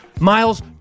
miles